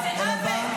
זה עוול.